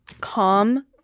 Calm